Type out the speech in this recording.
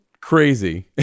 crazy